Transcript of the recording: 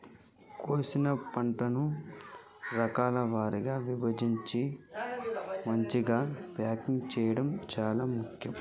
కోసిన పంటను రకాల వారీగా విభజించడం, మంచిగ ప్యాకింగ్ చేయడం చాలా ముఖ్యం